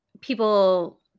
people